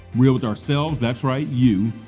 real with ourselves that's right you,